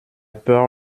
peur